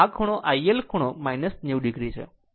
આ iL ખૂણો 90 o છે